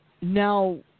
Now